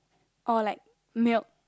or like milk